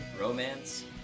romance